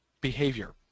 behavior